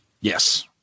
Yes